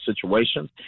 situations